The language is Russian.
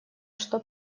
что